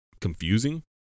confusing